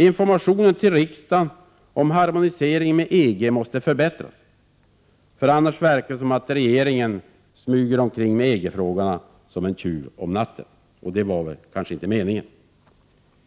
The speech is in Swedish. Informationen till riksdagen om harmoniseringen med EG måste förbättras. Annars verkar det som om regeringen smyger omkring med EG-frågorna som en tjuv om natten, och det var kanske inte meningen.